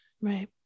Right